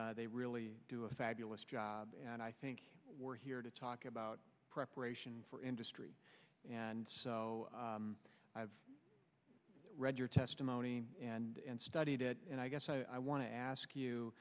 d they really do a fabulous job and i think we're here to talk about preparation for industry and so i've read your testimony and studied it and i guess i want to ask you